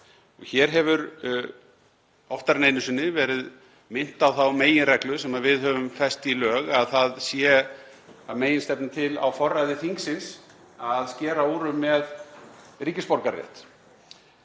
Hér hefur oftar en einu sinni verið minnt á þá meginreglu sem við höfum fest í lög að það sé að meginstefnu til á forræði þingsins að skera úr um með ríkisborgararétt.